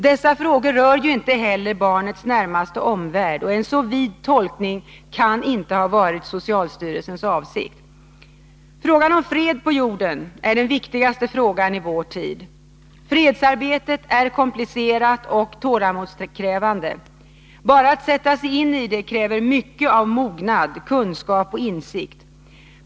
Dessa frågor rör inte heller barnets närmaste omvärld, och en så vid tolkning kan inte ha varit socialstyrelsens avsikt. Frågan om fred på jorden är den viktigaste frågan i vår tid. Fredsarbetet är komplicerat och tålamodskrävande. Bara att sätta sig in i det kräver mycket av mognad, kunskap och insikt.